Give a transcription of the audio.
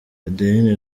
adeline